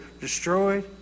destroyed